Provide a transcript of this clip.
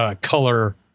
color